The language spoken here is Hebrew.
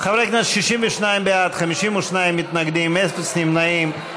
חברי הכנסת, 62 בעד, 52 מתנגדים, אפס נמנעים.